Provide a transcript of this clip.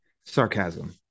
sarcasm